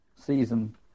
season